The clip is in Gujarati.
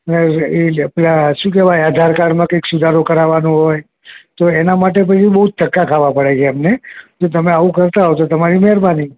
એ પેલા શું કહેવાય આધારકાર્ડમાં કંઈક સુધારો કરાવવાનો હોય તો એના માટે ભઈ બહુ જ ધક્કા ખાવા પડે છે એમને તો તમે આવું કરતા હોવ તો તમારી મહેરબાની